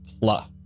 Plus